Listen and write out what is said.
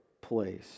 place